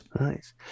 Nice